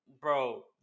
bro